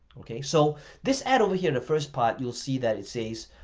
okay, so this ad over here the first part, you'll see that it says,